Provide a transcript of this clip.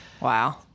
wow